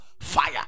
fire